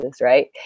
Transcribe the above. right